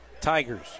Tigers